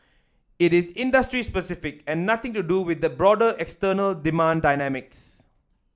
it is industry specific and nothing to do with the broader external demand dynamics